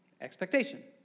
Expectation